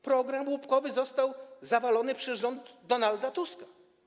Program łupkowy został zawalony przez rząd Donalda Tuska.